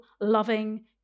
loving